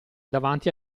davanti